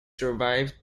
survived